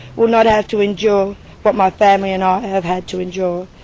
will not have to endure what my family and i have had to endure.